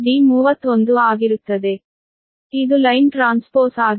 ಆದ್ದರಿಂದ ಇದು line transpose ಆಗಿದೆ